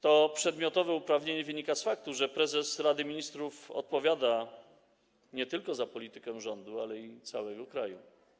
To przedmiotowe uprawnienie wynika z faktu, że prezes Rady Ministrów odpowiada za politykę nie tylko rządu, ale i całego kraju.